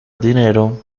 dinero